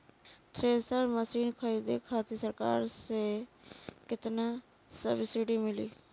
Thresher machine खरीदे खातिर सरकार के तरफ से केतना सब्सीडी मिली?